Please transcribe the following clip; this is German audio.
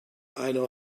eine